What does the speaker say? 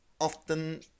often